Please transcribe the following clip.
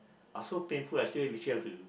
I so painful I still literally have to